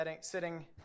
sitting